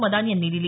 मदान यांनी दिली